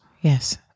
Yes